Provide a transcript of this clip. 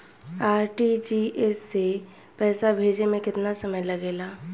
RTGS से पैसा भेजे में केतना समय लगे ला?